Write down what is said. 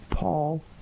Paul